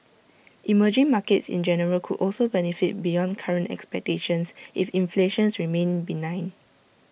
emerging markets in general could also benefit beyond current expectations if inflation remains benign